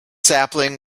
sapling